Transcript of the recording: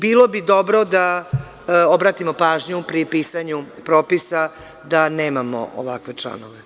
Bilo bi dobro da obratimo pažnju pri pisanju propisa da nemamo ovakve članove.